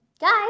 Guys